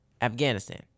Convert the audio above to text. Afghanistan